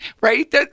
Right